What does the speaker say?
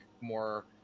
more